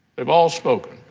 we've all spoken.